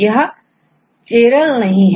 यह chiral नहीं है